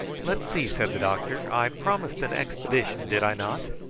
let's see, said the doctor. i promised an expedition did i not?